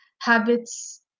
habits